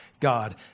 God